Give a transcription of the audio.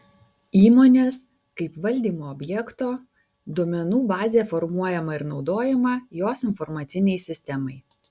įmonės kaip valdymo objekto duomenų bazė formuojama ir naudojama jos informacinei sistemai